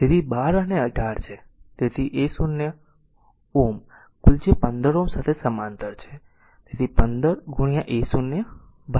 તેથી અહીં તે 12 અને 18 છે તેથી a0 a0 Ω કુલ જે 15 Ω સાથે સમાંતર છે